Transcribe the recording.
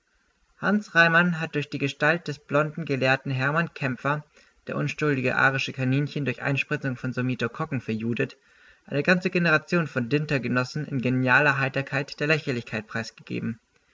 hans reimann hat durch die gestalt des blonden gelehrten hermann kämpfer der unschuldige arische kaninchen durch einspritzung von semitokokken verjudet eine ganze generation von dintergenossen in genialer heiterkeit der lächerlichkeit preisgegeben